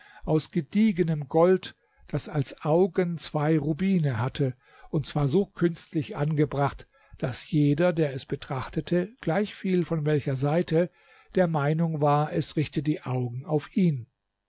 aus gediegenem gold das als augen zwei rubine hatte und zwar so künstlich angebracht daß jeder der es betrachtete gleichviel von welcher seite der meinung war es richte die augen auf ihn